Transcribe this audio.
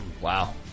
Wow